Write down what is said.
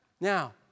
Now